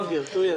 יותר, יותר.